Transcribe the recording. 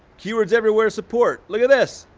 keywords everywhere support, look at this.